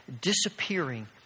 disappearing